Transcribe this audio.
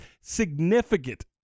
significant